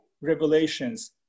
revelations